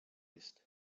ist